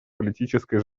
политической